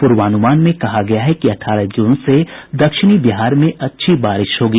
पूर्वानुमान में कहा गया है कि अठारह जून से दक्षिणी बिहार में अच्छी बारिश होगी